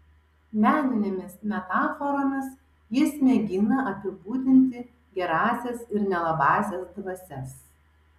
meninėmis metaforomis jis mėgina apibūdinti gerąsias ir nelabąsias dvasias